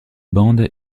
bande